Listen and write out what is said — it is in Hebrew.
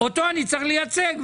אותו אני צריך לייצג.